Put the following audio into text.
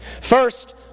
First